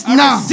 now